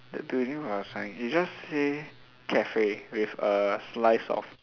the building got a sign it just say cafe with a slice of